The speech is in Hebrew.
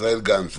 ישראל גנץ.